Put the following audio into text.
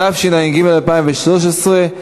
התשע"ד 2013,